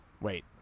Wait